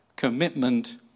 Commitment